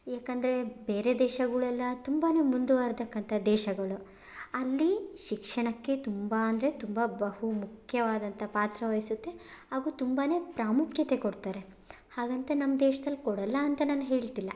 ಏಕಂದರೆ ಬೇರೆ ದೇಶಗಳೆಲ್ಲಾ ತುಂಬಾ ಮುಂದುವರಿತಕ್ಕಂಥ ದೇಶಗಳು ಅಲ್ಲಿ ಶಿಕ್ಷಣಕ್ಕೆ ತುಂಬ ಅಂದರೆ ತುಂಬ ಬಹುಮುಖ್ಯವಾದಂಥ ಪಾತ್ರವಹಿಸುತ್ತೆ ಹಾಗೂ ತುಂಬಾ ಪ್ರಾಮುಖ್ಯತೆ ಕೊಡ್ತಾರೆ ಹಾಗಂತ ನಮ್ಮ ದೇಶ್ದಲ್ಲಿ ಕೊಡಲ್ಲಾ ಅಂತ ನಾನು ಹೇಳ್ತಿಲ್ಲ